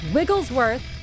Wigglesworth